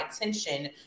attention